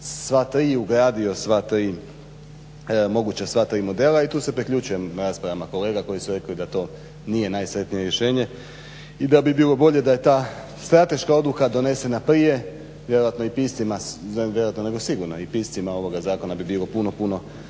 sva tri i ugradio sva tri moguća sva tri modela. I tu se priključujem raspravama kolega koji su rekli da to nije najsretnije rješenje i da bi bilo da je ta strateška odluka donesena prije vjerojatno nego i sigurno i piscima ovog zakona bi bilo puno, puno